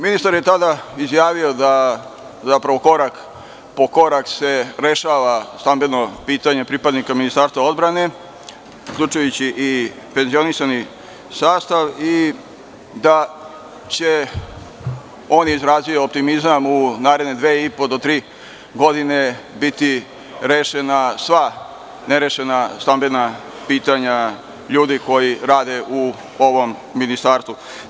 Ministar je tada izjavio da se korak po korak rešava stambeno pitanje pripadnika Ministarstva odbrane, uključujući i penzionisani sastav i on je izrazio optimizam da će u naredne dve i po do tri godine biti rešena sva nerešena pitanja ljudi koji rade u Ministarstvu.